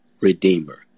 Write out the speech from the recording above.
redeemer